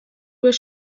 where